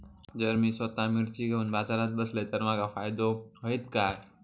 जर मी स्वतः मिर्ची घेवून बाजारात बसलय तर माका फायदो होयत काय?